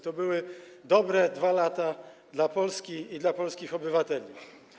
To były dobre 2 lata dla Polski i dla polskich obywateli.